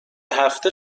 هفته